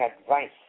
advice